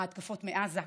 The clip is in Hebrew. ההתקפות מעזה,